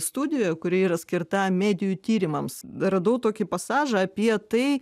studijoje kuri yra skirta medijų tyrimams radau tokį pasažą apie tai